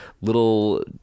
little